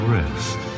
rest